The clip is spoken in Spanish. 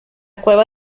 cueva